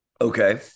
Okay